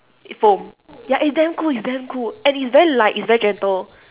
foam ya it's damn cool it's damn cool and it's very light it's very gentle